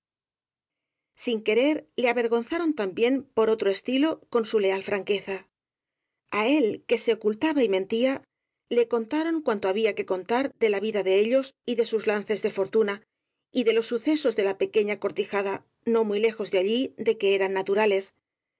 sin querer le avergonzaron también por otro esiilo con su leal franqueza á él que se ocultaba y mentía le contaron cuanto había que contar de la vida de ellos y de sus lances de fortuna y de los sucesos de la pequeña cortijada no muy lejos de allí de que eran naturales